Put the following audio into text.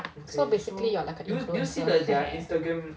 so basically you're like a influencer